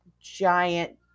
giant